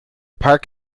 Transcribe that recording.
park